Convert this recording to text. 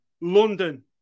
London